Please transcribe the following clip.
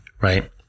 right